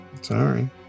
Sorry